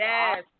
Yes